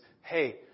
hey